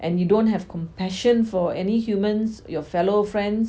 and you don't have compassion for any human your fellow friends